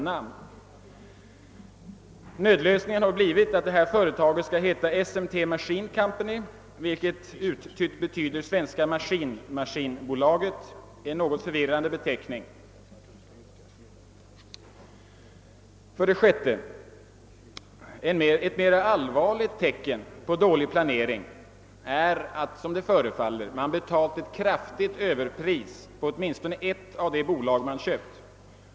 Nödlösningen har blivit att företaget skall heta SMT Machine Company, vilket uttytt betyder Svenska Maskin Maskin Bolaget, en något förvirrande beteckning. 6. Ett mera allvarligt tecken på dålig planering är att man, som det förefaller, betalat ett kraftigt överpris på åtminstone ett av de köpta bolagen.